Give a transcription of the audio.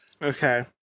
Okay